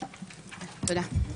תודה.